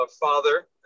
father